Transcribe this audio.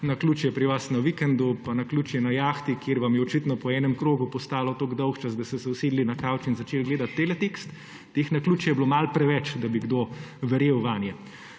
naključje pri vas na vikendu, pa naključje na jahti, kje vam je očitno po enem krogu postalo tako dolgčas, da ste se usedli na kavč in začeli gledati teletekst. Teh naključij je bilo malo preveč, da bi kdo verjel vanje.